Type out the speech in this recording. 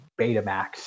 Betamax